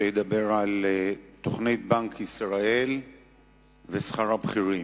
שידבר על תוכנית בנק ישראל ושכר הבכירים,